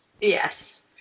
Yes